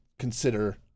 consider